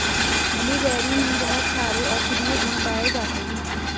blueberry में बहुत सारे औषधीय गुण पाये जाते हैं